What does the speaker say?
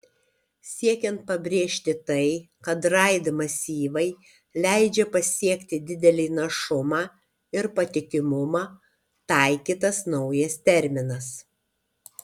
siekiant pabrėžti tai kad raid masyvai leidžia pasiekti didelį našumą ir patikimumą taikytas naujas terminas